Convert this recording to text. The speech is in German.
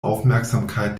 aufmerksamkeit